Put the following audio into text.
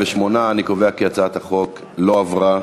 אני קובע כי הצעת החוק לא עברה.